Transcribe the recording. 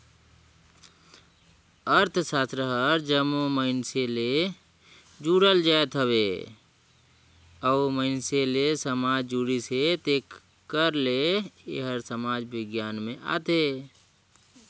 अर्थसास्त्र हर जम्मो मइनसे ले जुड़ल जाएत हवे अउ मइनसे ले समाज जुड़िस हे तेकर ले एहर समाज बिग्यान में आथे